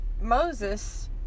Moses